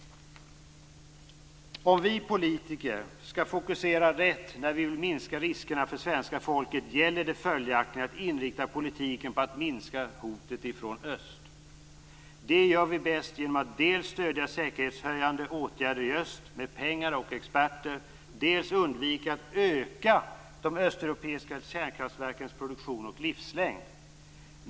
Om vi politiker skall fokusera rätt när vi vill minska riskerna för svenska folket gäller det följaktligen att inrikta politiken på att minska hotet från öst. Det gör vi bäst genom att dels stödja säkerhetshöjande åtgärder i öst med pengar och experter, dels genom att undvika att öka de östeuropeiska kärnkraftverkens produktion och livslängd.